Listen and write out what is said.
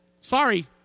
sorry